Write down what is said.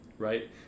right